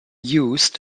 used